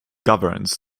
governs